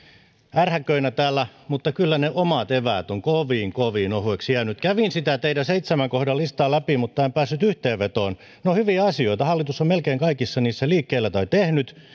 ärhäköinä täällä mutta kyllä ne omat eväät ovat kovin kovin ohueksi jääneet kävin sitä teidän seitsemän kohdan listaanne läpi mutta en päässyt yhteenvetoon ne ovat hyviä asioita hallitus on melkein kaikissa niissä liikkeellä tai tehnyt ne